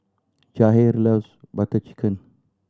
Jahir loves Butter Chicken